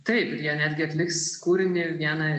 taip jie netgi atliks kūrinį vieną